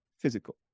physical